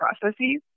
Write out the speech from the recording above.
processes